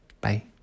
Bye